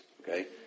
okay